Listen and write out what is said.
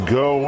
go